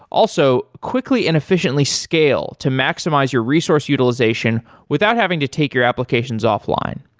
also, quickly and efficiently scale to maximize your resource utilization without having to take your applications offline.